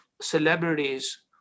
celebrities